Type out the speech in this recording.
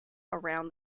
around